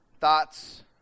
thoughts